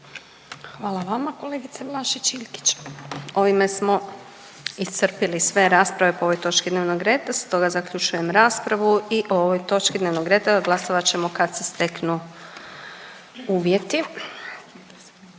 Hvala vama kolegice Vlašić Iljkić. Ovime smo iscrpili sve rasprave po ovoj točki dnevnog rada. Stoga zaključujem raspravu i o ovoj točki dnevnog reda glasovat ćemo kad se steknu uvjeti.